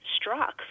struck